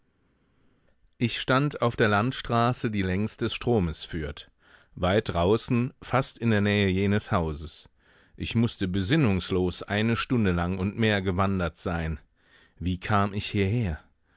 ich stand auf der landstraße die längs des stromes führt weit draußen fast in der nähe jenes hauses ich mußte besinnungslos eine stunde lang und mehr gewandert sein wie kam ich hierher